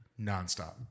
nonstop